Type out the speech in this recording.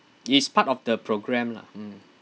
it's part of the programme lah mm